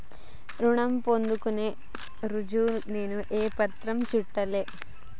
రుణం పొందేందుకు రుజువుగా నేను ఏ పత్రాలను చూపెట్టాలె?